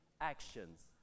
actions